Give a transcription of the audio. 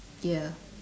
ya